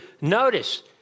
Notice